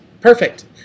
Perfect